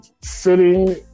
sitting